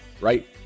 right